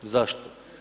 Zašto?